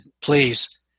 please